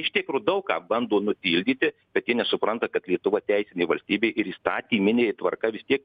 iš tikro daug ką bando nutildyti bet jie nesupranta kad lietuva teisinė valstybė ir įstatyminė tvarka vis tiek